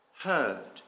heard